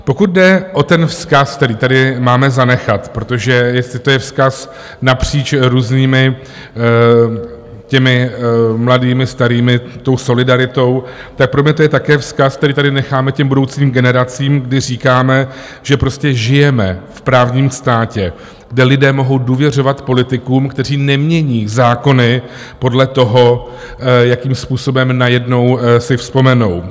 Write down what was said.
Pokud jde o ten vzkaz, který tady máme zanechat, protože jestli to je vzkaz napříč různými těmi mladými, starými, tou solidaritou, tak pro mě to je také vzkaz, který tady necháme těm budoucím generacím, kdy říkáme, že prostě žijeme v právním státě, kde lidé mohou důvěřovat politikům, kteří nemění zákony podle toho, jakým způsobem najednou si vzpomenou.